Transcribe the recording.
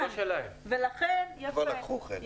הם כבר לקחו חלק.